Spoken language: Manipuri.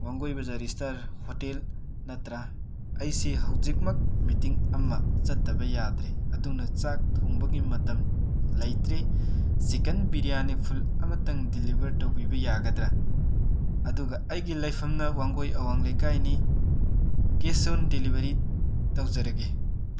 ꯋꯥꯡꯒꯣꯏ ꯕꯖꯥꯔꯒꯤ ꯁ꯭ꯇꯔ ꯍꯣꯇꯦꯜ ꯅꯠꯇꯔꯥ ꯑꯩꯁꯤ ꯍꯧꯖꯤꯛꯃꯛ ꯃꯤꯇꯤꯡ ꯑꯃ ꯆꯠꯇꯕ ꯌꯥꯗ꯭ꯔꯦ ꯑꯗꯨꯅ ꯆꯥꯛ ꯊꯣꯡꯕꯒꯤ ꯃꯇꯝ ꯂꯩꯇ꯭ꯔꯦ ꯆꯤꯀꯟ ꯕꯤꯔꯌꯥꯅꯤ ꯐꯨꯜ ꯑꯃꯇꯪ ꯗꯤꯂꯤꯕꯔ ꯇꯧꯕꯤꯕ ꯌꯥꯒꯗꯔꯥ ꯑꯗꯨꯒ ꯑꯩꯒꯤ ꯂꯩꯐꯝꯅ ꯋꯥꯡꯒꯣꯏ ꯑꯋꯥꯡ ꯂꯩꯀꯥꯏꯅꯤ ꯀꯦꯁ ꯑꯣꯟ ꯗꯤꯂꯤꯕꯔꯤ ꯇꯧꯖꯔꯒꯦ